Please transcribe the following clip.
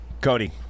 Cody